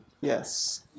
Yes